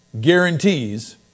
guarantees